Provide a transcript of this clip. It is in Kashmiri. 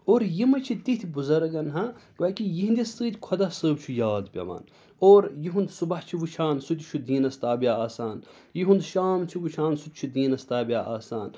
اور یِمہٕ چھِ تِتھۍ بُزرگَن ہا گویا کہِ یِہِنٛدِ سۭتۍ خۄدا صٲب چھُ یاد پٮ۪وان اور یِہُنٛد صُبح چھِ وٕچھان سُہ تہِ چھُ دیٖنَس تابعہ آسان یِہُنٛد شام چھُ وٕچھان سُہ تہِ چھُ دیٖنَس تابعہ آسان